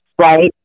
right